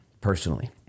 personally